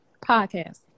podcast